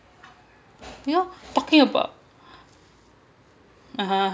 you know talking about (uh huh) (uh huh)